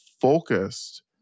focused